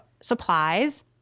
supplies